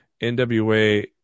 NWA